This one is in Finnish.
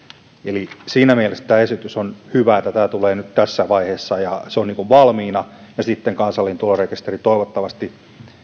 eli siinä mielessä on hyvä että tämä esitys tulee nyt tässä vaiheessa ja on valmiina ja sitten kansallinen tulorekisteri toivottavasti